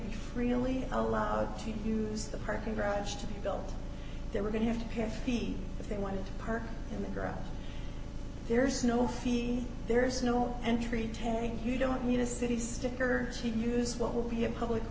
be really allowed to use the parking garage to be built they were going to have to pay a fee if they wanted to park in the garage there's no fee there's no entry telling you don't need a city sticker she can use what will be a public